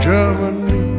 Germany